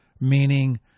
meaning